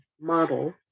model